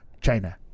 China